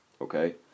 okay